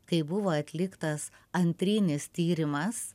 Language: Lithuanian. kai buvo atliktas antrinis tyrimas